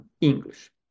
English